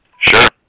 Sure